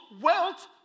wealth